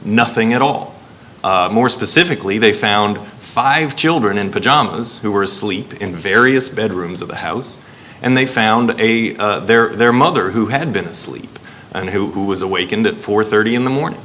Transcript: nothing at all more specifically they found five children in pajamas who were asleep in various bedrooms of the house and they found their mother who had been asleep and who was awakened at four thirty in the morning